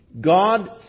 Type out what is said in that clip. God